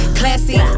classy